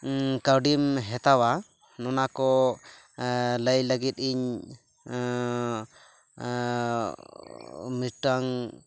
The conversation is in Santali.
ᱠᱟᱹᱣᱰᱤᱢ ᱦᱟᱛᱟᱣᱟ ᱱᱚᱜᱼᱱᱟᱠᱚ ᱞᱟᱹᱭ ᱞᱟᱹᱜᱤᱫ ᱤᱧ ᱢᱤᱫᱴᱟᱝ